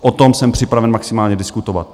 O tom jsem připraven maximálně diskutovat.